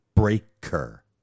Breaker